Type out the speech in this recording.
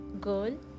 girl